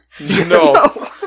no